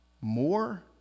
more